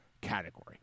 category